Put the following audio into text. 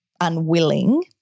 unwilling